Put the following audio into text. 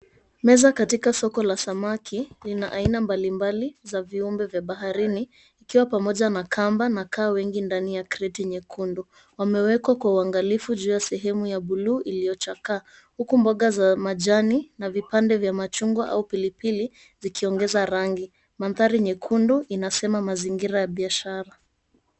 Meza katika soko la samaki lina aina mbalimbali za viumbe vya baharini ikiwa pamoja na kamba na kaa wengi ndani ya kreti nyekundu. Wamewekwa kwa uangalifu juu ya sehemu ya buluu iliochakaa huku mboga za majani na vipande vya machungwa au pilipili zikiongeza rangi. Mandhari nyekundu inasema mazingira ya biashara.